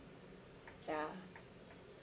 ya